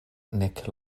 nek